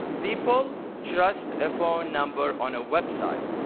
people trust a phone number on a website.